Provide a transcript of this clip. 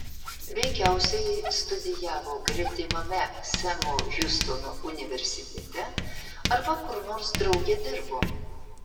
veikiausiai studijavo gretimame semo hiustono universitete arba kur nors drauge dirbo